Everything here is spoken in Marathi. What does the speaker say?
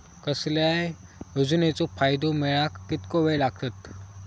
कसल्याय योजनेचो फायदो मेळाक कितको वेळ लागत?